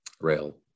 rail